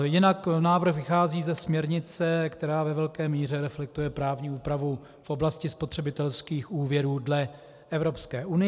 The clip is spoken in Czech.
Jinak návrh vychází ze směrnice, která ve velké míře reflektuje právní úpravu v oblasti spotřebitelských úvěrů dle Evropské unie.